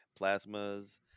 plasmas